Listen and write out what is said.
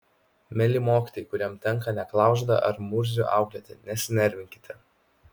mieli mokytojai kuriam tenka neklaužadą ar murzių auklėti nesinervinkite